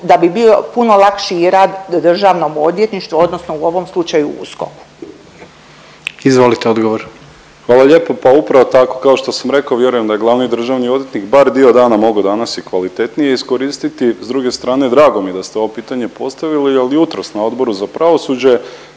da bi bio puno lakši i rad u državnom odvjetništvu odnosno u ovom slučaju USKOK-u. **Jandroković, Gordan (HDZ)** Izvolite odgovor. **Mažar, Nikola (HDZ)** Hvala lijepo. Pa upravo tako, kao što sam rekao vjerujem da je glavni državni odvjetnik bar dio dana mogao danas i kvalitetnije iskoristiti. S druge strane drago mi je da ste ovo pitanje postavili jel jutros na Odboru za pravosuđe